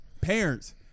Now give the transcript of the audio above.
parents